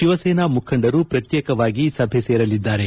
ಶಿವಸೇನಾ ಮುಖಂಡರು ಪ್ರತ್ಲೇಕವಾಗಿ ಸಭೆ ಸೇರಲಿದ್ದಾರೆ